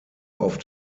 auf